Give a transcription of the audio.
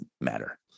matter